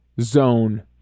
zone